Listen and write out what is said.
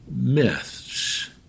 myths